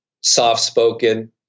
soft-spoken